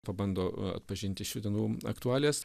pabando atpažinti šių dienų aktualijas